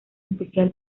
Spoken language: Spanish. especial